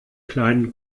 kleinen